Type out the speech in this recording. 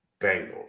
Bengals